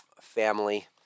family